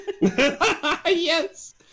Yes